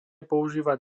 používať